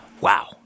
Wow